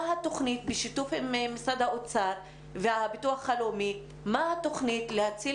מה התכנית בשיתוף עם האוצר והביטוח הלאומי להציל